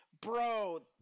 Bro